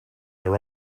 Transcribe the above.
there